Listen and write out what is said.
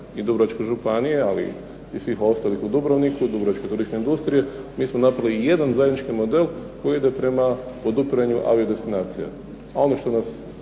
i Dubrovačke županije, ali i svih ostalih u Dubrovniku, dubrovačke turističke industrije, mi smo napravili jedan zajednički model koji ide prema podupiranju, ali i destinacija. A ono što nas